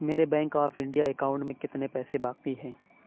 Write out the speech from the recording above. میرے Bank of India account میں کتنے پیسے باقی ہیں